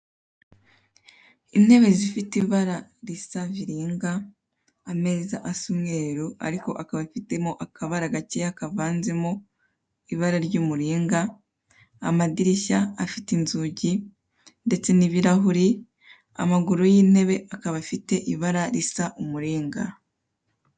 Intebe zifite ibara risa viringa, ameza asa umweru ariko akaba afitemo akabara gakeya kavanzemo ibara ry' umuringa, amadirishya afite inzugi ndetse n'ibirahuri, amaguru y'intebe akaba afite ibara risa umuringa.